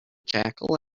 jackal